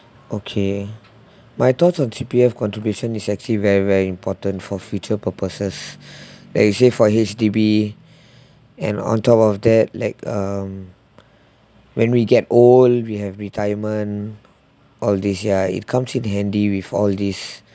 okay my thoughts on C_P_F contribution is actually very very important for future purposes there're actually for H_D_B and on top of that like um when we get old we have retirement all this ya it comes in handy with all this